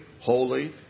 holy